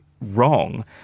Wrong